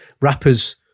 rappers